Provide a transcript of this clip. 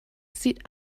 sieht